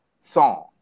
song